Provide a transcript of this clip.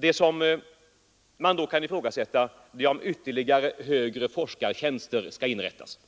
Det man kan ifrågasätta är om ytterligare högre forskartjänster skall inrättas.